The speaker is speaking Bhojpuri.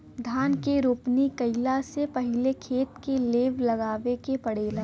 धान के रोपनी कइला से पहिले खेत के लेव लगावे के पड़ेला